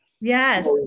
yes